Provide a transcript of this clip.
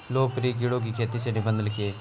लोकप्रिय कीड़ों की खेती पर निबंध लिखिए